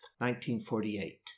1948